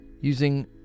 Using